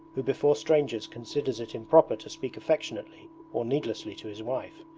who before strangers considers it improper to speak affectionately or needlessly to his wife,